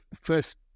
first